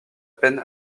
peine